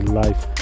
life